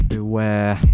Beware